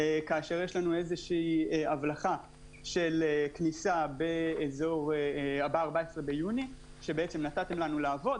כאשר יש לנו הבלחה של כניסה ב-14 ביוני כשנתתם לנו לעבוד,